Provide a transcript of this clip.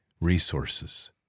resources